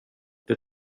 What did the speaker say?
det